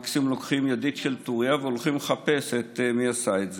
מקסימום לוקחים ידית של טורייה והולכים לחפש מי עשה את זה.